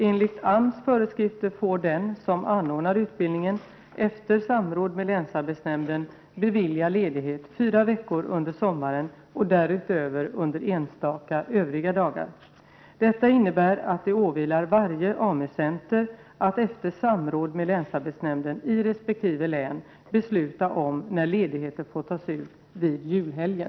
Enligt AMS föreskrifter får den som anordnar utbildningen efter samråd med länsarbetsnämnden bevilja ledighet fyra veckor under sommaren och därutöver under enstaka övriga dagar. Detta innebär att det åvilar varje AMU-center att efter samråd med länsarbetsnämnden i resp. län besluta om när ledigheter får tas ut vid julhelgen.